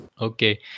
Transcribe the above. Okay